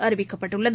அறிவிக்கப்பட்டுள்ளது